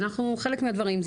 אנחנו חלק מהדברים,